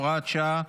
הוראת שעה,